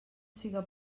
siga